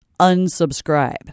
Unsubscribe